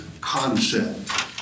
concept